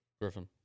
Griffin